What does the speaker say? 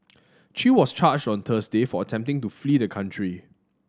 chew was charged on Thursday for attempting to flee the country